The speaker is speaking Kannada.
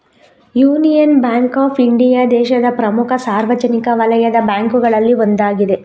ಯೂನಿಯನ್ ಬ್ಯಾಂಕ್ ಆಫ್ ಇಂಡಿಯಾ ದೇಶದ ಪ್ರಮುಖ ಸಾರ್ವಜನಿಕ ವಲಯದ ಬ್ಯಾಂಕುಗಳಲ್ಲಿ ಒಂದಾಗಿದೆ